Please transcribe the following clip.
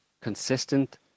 consistent